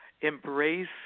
embrace